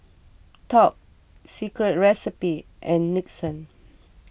Top Secret Recipe and Nixon